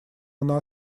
она